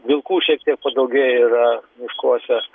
vilkų šiek tiek padaugėję yra miškuose